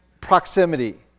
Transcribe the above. proximity